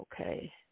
Okay